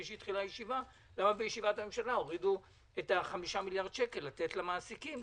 הישיבה הורידו את ה-5 מיליארד שקל לתת למעסיקים,